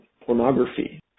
pornography